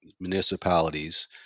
municipalities